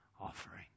offering